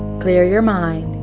clear your mind,